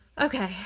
Okay